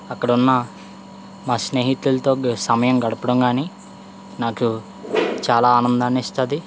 అక్కడున్న మా స్నేహితులతో సమయం గడపడం కాని నాకు చాలా ఆనందాన్ని ఇస్తుంది